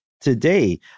today